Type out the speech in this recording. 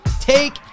take